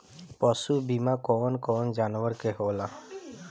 पशु बीमा कौन कौन जानवर के होला?